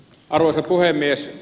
arvoisa puhemies